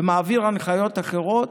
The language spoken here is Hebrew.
ומעביר הנחיות אחרות,